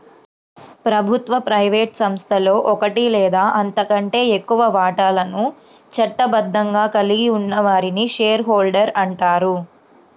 ప్రభుత్వ, ప్రైవేట్ సంస్థలో ఒకటి లేదా అంతకంటే ఎక్కువ వాటాలను చట్టబద్ధంగా కలిగి ఉన్న వారిని షేర్ హోల్డర్ అంటారు